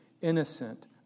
innocent